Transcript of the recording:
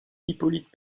hippolyte